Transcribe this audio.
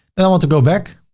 then i want to go back